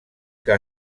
que